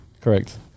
Correct